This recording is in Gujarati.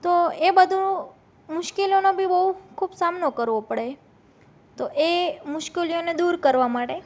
તો એ બધી મુશ્કેલીઓનો બી બહુ સામનો ખૂબ સામનો કરવો પડે તો એ મુશ્કેલીઓને દૂર કરવા માટે